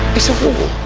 it's a wall.